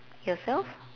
yourself